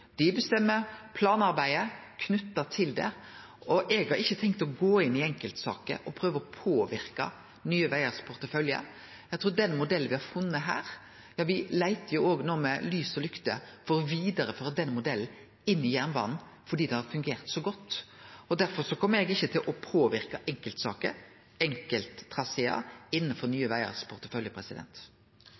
bestemmer planarbeidet knytt til dette. Eg har ikkje tenkt å gå inn i enkeltsaker og prøve å påverke Nye Vegars portefølje. Me leiter no med lys og lykte for å vidareføre denne modellen for jernbanen fordi han har fungert så godt. Derfor kjem eg ikkje til å påverke enkeltsaker, enkelttrasear, i Nye Vegars portefølje.